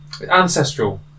Ancestral